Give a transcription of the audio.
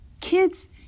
kids